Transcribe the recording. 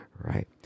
right